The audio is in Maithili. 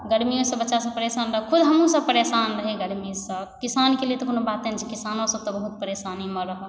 गर्मिओ से बच्चा सब परेशान रही खुद हमहुँ सभ परेशान रही गर्मीसँ किसानके लिए तऽ कोनो बाते नहि छै किसानो सब तऽ बहुत परेशानीमे रहै